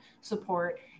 support